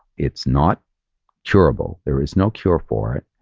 it's not curable. there is no cure for it.